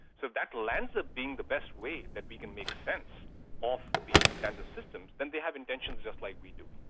that like ends up being the best way that we can make sense of these kinds of systems, then they have intentions just like we do.